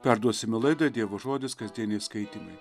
perduosime laidą dievo žodis kasdieniai skaitymai